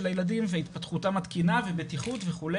הילדים והתפתחותם התקינה ובטיחות וכו',